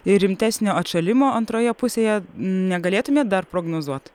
ir rimtesnio atšalimo antroje pusėje negalėtumėm dar prognozuot